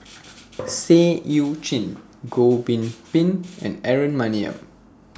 Seah EU Chin Goh Bin Bin and Aaron Maniam